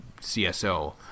CSO